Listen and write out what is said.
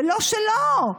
ולא שלו,